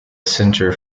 center